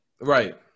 Right